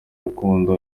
rukundo